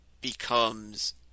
becomes